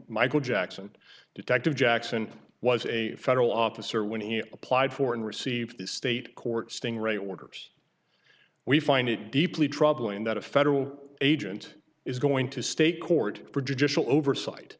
michael jackson detective jackson was a federal officer when he applied for and received the state court sting ray orders we find it deeply troubling that a federal agent is going to state court for judicial oversight